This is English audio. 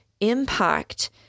impact